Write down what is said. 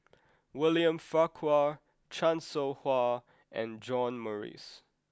William Farquhar Chan Soh Ha and John Morrice